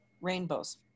rainbows